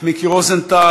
מיקי רוזנטל.